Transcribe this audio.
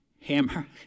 hammer